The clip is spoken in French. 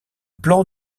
plan